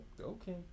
Okay